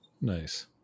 Nice